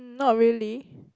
mm not really